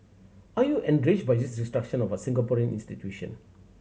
are you enraged by this destruction of a Singaporean institution